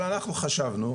אבל אנחנו חשבנו,